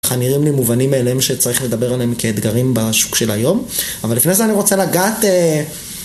הנראים לי מובנים אלה שצריך לדבר עליהם כאתגרים בשוק של היום, אבל לפני זה אני רוצה לגעת...